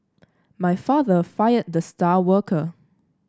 my father fired the star worker